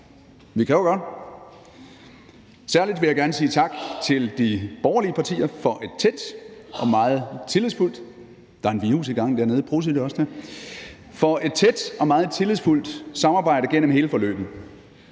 vi kan jo godt! Særlig vil jeg gerne sige tak til de borgerlige partier for et tæt og meget tillidsfuldt samarbejde gennem hele forløbet.